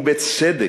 ובצדק,